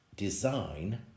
Design